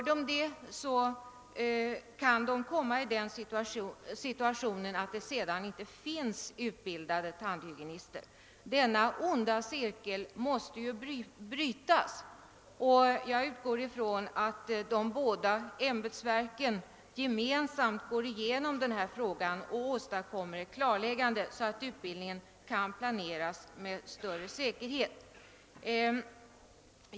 De kan sedan komma i den situationen att utbildade tandhygienister inte står att få. Denna onda cirkel måste brytas, och jag utgår från att de båda berörda ämbetsverken gemensamt går igenom denna fråga och klargör förhållandena, så att utbildningen kan planeras med större säkerhet.